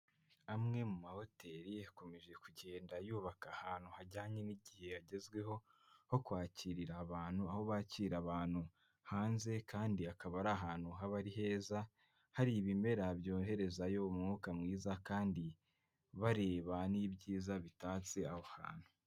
Amwe mu mahoteri akomeje kugenda yubaka ahantu hajyanye n'igihe hagezweho ho kwakirira abantu, aho bakira abantu hanze kandi akaba ari ahantu haba ari heza, hari ibimera byoherezayo umwuka mwiza kandi bareba n'ibyiza bitatse aho hantu.